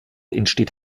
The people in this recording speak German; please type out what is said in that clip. entsteht